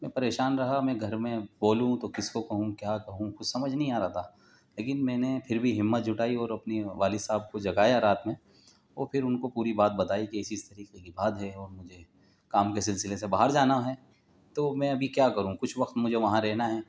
میں پریشان رہا میں گھر میں بولوں تو کس کو کہوں کیا کہوں کچھ سمجھ نہیں آ رہا تھا لیکن میں نے پھر بھی ہمت جٹائی اور اپنی والد صاحب کو جگایا رات میں اور پھر ان کو پوری بات بتائی کہ ایسی اس طرح کی بات ہے اور مجھے کام کے سلسلے سے باہر جانا ہے تو میں ابھی کیا کروں کچھ وقت مجھے وہاں رہنا ہے